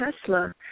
Tesla